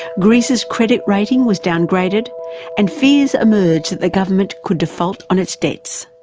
greece's credit rating was downgraded and fears emerged that the government could default on its debts.